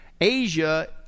Asia